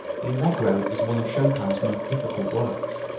the allegro is one of chopin's most difficult works.